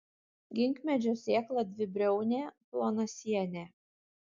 ginkmedžio sėkla dvibriaunė plonasienė